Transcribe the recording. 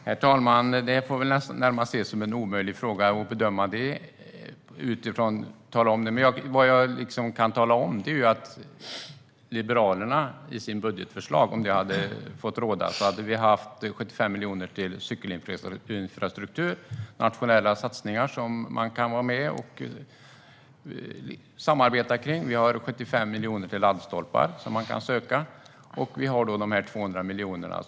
Herr talman! Det får väl närmast ses som en omöjlig sak att bedöma. Men ifall Liberalernas budgetförslag hade fått gälla hade vi haft 75 miljoner i nationella satsningar på cykelinfrastruktur som man kan vara med och samarbeta om. Och vi har lagt 75 miljoner till laddstolpar som man kan söka. Och vi har de 200 miljonerna.